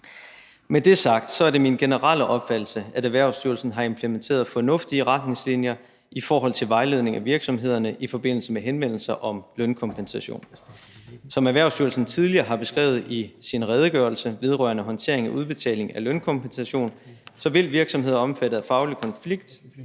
Med det sagt er det min generelle opfattelse, at Erhvervsstyrelsen har implementeret fornuftige retningslinjer i forhold til vejledning af virksomhederne i forbindelse med henvendelser om lønkompensation. Som Erhvervsstyrelsen tidligere har beskrevet i sin redegørelse vedrørende håndtering og udbetaling af lønkompensation til virksomheder omfattet af faglig konflikt,